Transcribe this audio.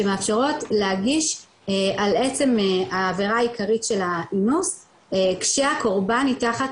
שמאפשרות להגיש על עצם העבירה העיקרית של האינוס כשהקורבן מתחת